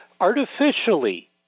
artificially